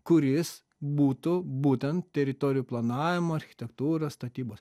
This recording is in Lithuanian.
kuris būtų būtent teritorijų planavimo architektūra statybos